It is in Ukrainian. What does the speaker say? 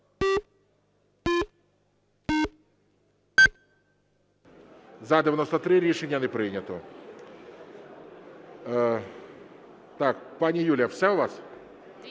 За-93 Рішення не прийнято. Пані Юля, все у вас?